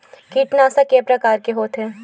कीटनाशक के प्रकार के होथे?